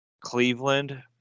Cleveland